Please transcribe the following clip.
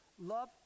love